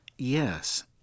Yes